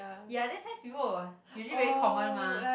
ya then science people will usually very common mah